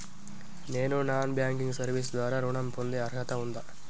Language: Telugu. నేను నాన్ బ్యాంకింగ్ సర్వీస్ ద్వారా ఋణం పొందే అర్హత ఉందా?